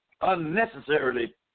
unnecessarily